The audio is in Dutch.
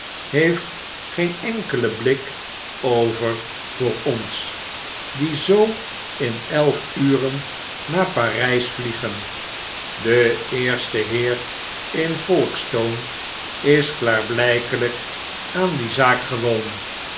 heeft geen enkelen blik over voor ons die zoo in elf uren naar parijs vliegen de eerste heer in folkestone is klaarblykeljjk aan die zaak gewoon